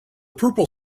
purple